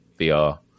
vr